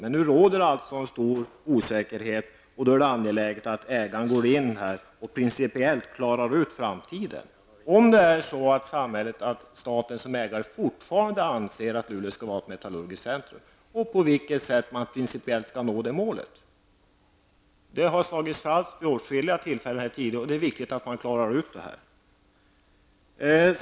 Men nu råder en stor osäkerhet, och då är det angeläget att klara ut om staten som ägare fortfarande anser att Luleå skall vara ett metallurgiskt centrum och på vilket sätt man principiellt skall nå det målet. Den målsättningen har ju slagits fast vid åtskilliga tillfällen, så det är viktigt att klara ut det här.